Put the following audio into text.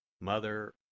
Mother